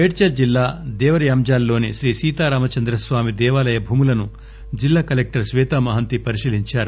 మేడ్సల్ జిల్లా దేవరయాంజల్లోని శ్రీ సీతారామచంద్రస్వామి దేవాలయ భూములను జిల్లా కలెక్టర్ శ్వేతామహంతి పరిశీలించారు